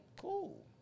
Cool